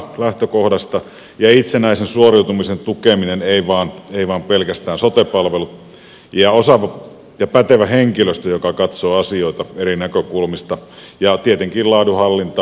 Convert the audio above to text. olennaista on itsenäisen suoriutumisen tukeminen eivät pelkästään sote palvelut ja osaava ja pätevä henkilöstö joka katsoo asioita eri näkökulmista ja tietenkin laadunhallinta ja valvonta